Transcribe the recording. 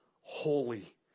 Holy